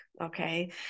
Okay